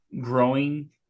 growing